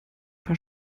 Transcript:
paar